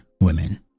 women